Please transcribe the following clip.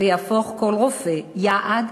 ויהפוך כל רופא יעד